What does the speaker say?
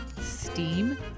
Steam